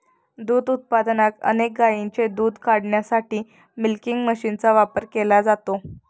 दूध उत्पादनात अनेक गायींचे दूध काढण्यासाठी मिल्किंग मशीनचा वापर केला जातो